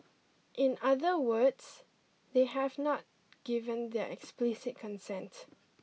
in other words they have not given their explicit consent